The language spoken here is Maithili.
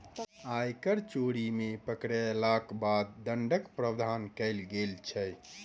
आयकर चोरी मे पकड़यलाक बाद दण्डक प्रावधान कयल गेल छै